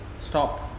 stop